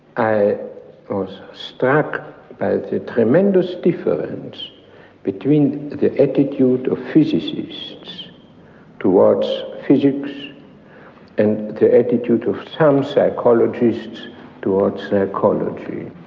i was struck by the tremendous difference between the attitude of physicists towards physics and the attitude of some psychologist towards psychology.